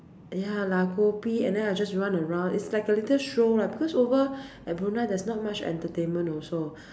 ya 拉 kopi and then I just run around is like a little show lah because over at Brunei there's not much entertainment also